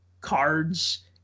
cards